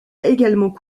également